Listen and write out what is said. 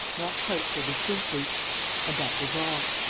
not quite so distinctly and that was all.